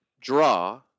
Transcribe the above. draw